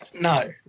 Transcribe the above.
No